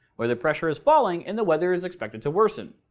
where the pressure is falling and the weather is expected to worsen.